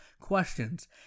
questions